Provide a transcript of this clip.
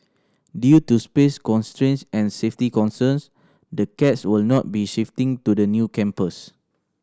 due to space constraints and safety concerns the cats will not be shifting to the new campus